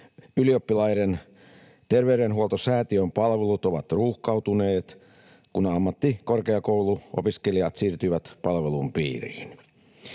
Ylioppilaiden terveydenhoitosäätiön palvelut ovat ruuhkautuneet, kun ammattikorkeakouluopiskelijat siirtyivät palvelun piiriin.